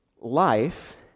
life